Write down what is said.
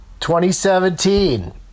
2017